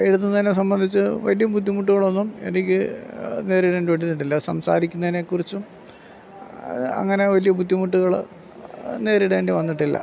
എഴുതുന്നതിനെ സംബന്ധിച്ച് വലിയ ബുദ്ധിമുട്ടുകളൊന്നും എനിക്ക് നേരിടേണ്ടി വന്നിട്ടില്ല സംസാരിക്കുന്നതിനെ കുറിച്ചും അങ്ങനെ വലിയ ബുദ്ധിമുട്ടുകൾ നേരിടേണ്ടി വന്നിട്ടില്ല